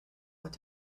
went